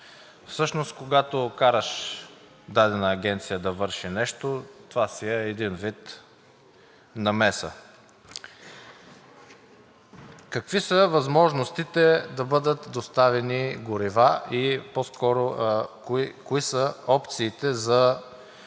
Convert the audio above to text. Всъщност, когато караш дадена агенция да върши нещо, това си е един вид намеса. Какви са възможностите да бъдат доставени горива и по-скоро кои са опциите за